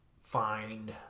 find